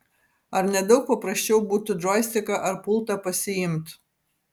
ar ne daug paprasčiau būtų džoistiką ar pultą pasiimt